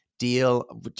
deal